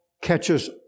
catches